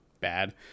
bad